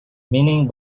meaning